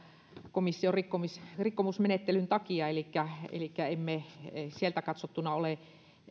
komission komission rikkomusmenettelyn takia elikkä emme sieltä katsottuna ole